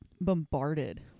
bombarded